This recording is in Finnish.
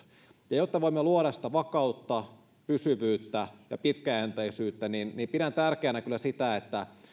ja jotta voimme luoda sitä vakautta pysyvyyttä ja pitkäjänteisyyttä niin niin pidän tärkeänä kyllä sitä että